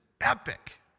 epic